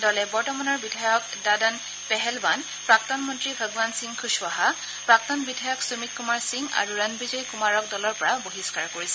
দলে বৰ্তমানৰ বিধায়ক দাদন পেহেলৱান প্ৰাক্তন মন্ত্ৰী ভগৱান সিং খুচৱাহা প্ৰাক্তন বিধায়ক সুমিত কুমাৰ সিং আৰু ৰণবিজয় কুমাৰক দলৰ পৰা বহিষ্ণাৰ কৰিছে